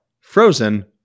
Frozen